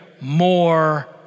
more